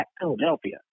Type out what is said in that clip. Philadelphia